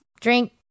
Drink